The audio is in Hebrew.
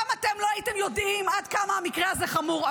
גם אתם לא הייתם יודעים עד כמה המקרה הזה חמור.